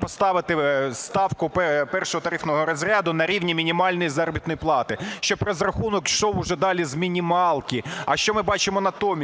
поставити ставку 1 тарифного розряду на рівні мінімальної заробітної плати, щоб розрахунок йшов уже далі з мінімалки. А що ми бачимо натомість?